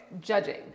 judging